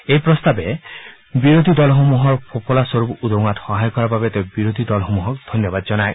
এই প্ৰস্তাৱে বিৰোধী দলসমূহৰ ফোপোলা স্বৰূপ উদঙোৱাত সহায় কৰাৰ বাবে তেওঁ বিৰোধী দলসমূহক ধন্যবাদ জনায়